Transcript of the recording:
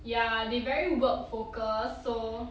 ya they very work focus so